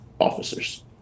officers